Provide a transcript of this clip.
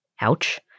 Ouch